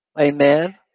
Amen